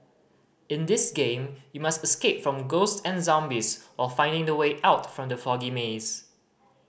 in this game you must escape from ghosts and zombies of finding the way out from the foggy maze